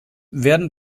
werden